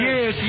Yes